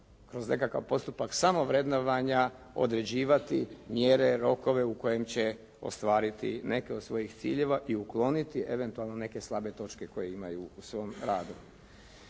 kroz nekakav postupak samovrednovanja određivati mjere, rokove u kojem će ostvariti neke od svojih ciljeva i ukloniti eventualno neke slabe točke koje imaju u svom radu.